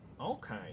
okay